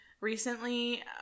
recently